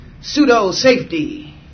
pseudo-safety